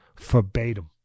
verbatim